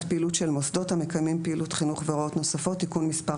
פעילות של מוסדות המקיימים פעילות חינוך והוראות נוספות)(תיקון מס'